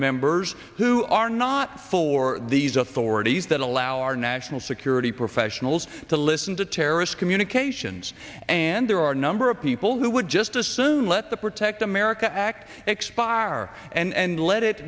members who are not for these authorities that allow our national security professionals to listen to terrorist communications and there are a number of people who would just assume let the protect america act expire and let it